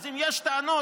אז אם יש טענות,